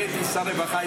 כשאני הייתי שר הרווחה,